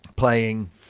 playing